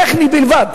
הדבר הוא טכני בלבד.